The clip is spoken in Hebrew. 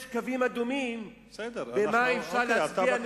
יש קווים אדומים על מה אפשר להצביע נגד.